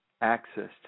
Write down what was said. access